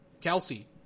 Kelsey